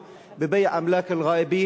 המנדט היום יחזור לעם.